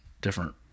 different